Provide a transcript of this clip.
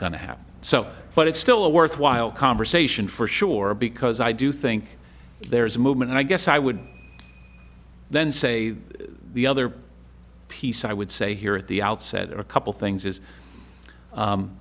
going to happen so but it's still a worthwhile conversation for sure because i do think there is a movement and i guess i would then say the other piece i would say here at the outset a couple things is